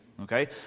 okay